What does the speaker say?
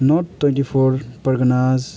north twenty four Parganas